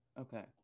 Okay